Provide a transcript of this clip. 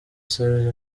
serge